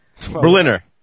Berliner